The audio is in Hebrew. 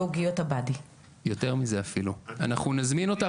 אנחנו נזמין אותך